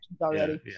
already